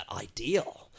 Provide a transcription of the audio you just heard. ideal